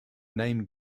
name